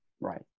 Right